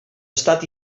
estat